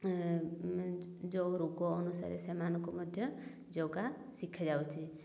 ଯେଉଁ ରୋଗ ଅନୁସାରେ ସେମାନଙ୍କୁ ମଧ୍ୟ ଯୋଗା ଶିଖାଯାଉଛି